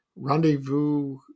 Rendezvous